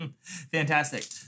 Fantastic